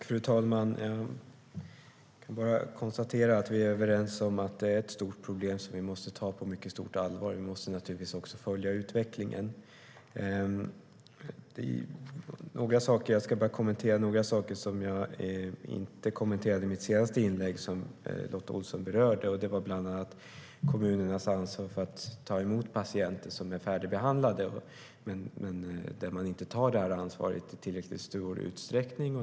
Fru talman! Jag kan bara konstatera att vi är överens om att detta är ett stort problem som vi måste ta på mycket stort allvar. Vi måste naturligtvis också följa utvecklingen. Jag ska kommentera några saker som Lotta Olsson berörde och som jag inte kommenterade i mitt senaste inlägg. Det gäller bland annat kommunernas ansvar för att ta emot patienter som är färdigbehandlade men där de inte tar detta ansvar i tillräckligt stor utsträckning.